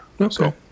Okay